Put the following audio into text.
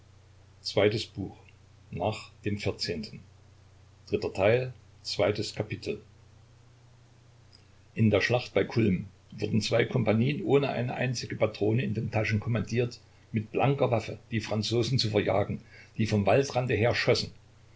in der schlacht bei kulm wurden zwei kompanien ohne eine einzige patrone in den taschen kommandiert mit blanker waffe die franzosen zu verjagen die vom waldrande her